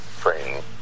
training